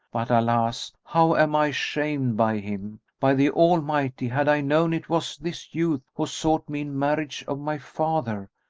but alas, how am i shamed by him! by the almighty, had i known it was this youth who sought me in marriage of my father,